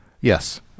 Yes